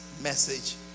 message